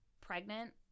Pregnant